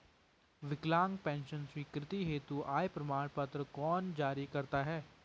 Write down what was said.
विकलांग पेंशन स्वीकृति हेतु आय प्रमाण पत्र कौन जारी करता है?